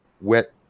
wet